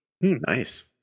Nice